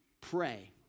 pray